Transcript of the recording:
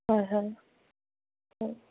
হয় হয় হয়